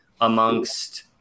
amongst